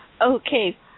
Okay